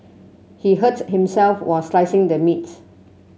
he hurt himself while slicing the meat